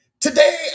Today